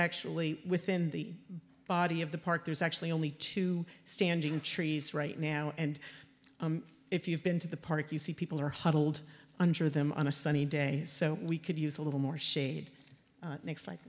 actually within the body of the park there's actually only two standing trees right now and if you've been to the park you see people are huddled under them on a sunny day so we could use a little more shade next like